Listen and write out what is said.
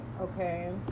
okay